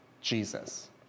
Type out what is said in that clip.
Jesus